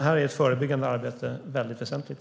Det förebyggande arbetet är mycket väsentligt.